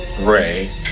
ray